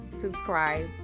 subscribe